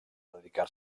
dedicar